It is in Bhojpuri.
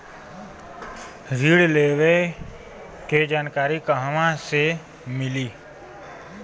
ऋण लेवे के जानकारी कहवा से मिली?